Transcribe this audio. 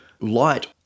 light